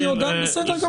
בסדר.